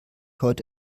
heute